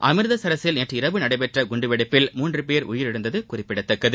அமிர்தசரஸில் நேற்று இரவு நடைபெற்ற குண்டுவெடிப்பில் மூன்று பேர் உயிரிழந்தது குறிப்பிடத்தக்கது